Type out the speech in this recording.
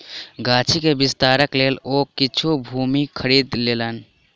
गाछी के विस्तारक लेल ओ किछ भूमि खरीद लेलैन